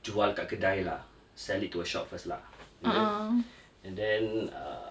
jual kat kedai lah sell it to a shop first lah is it and then uh